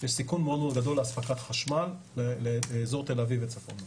יש סיכון מאוד גדול לאספקת חשמל לאזור תל אביב וצפונה.